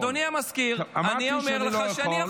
אדוני, אני אגיד לך בסוף שלוש הדקות שלי.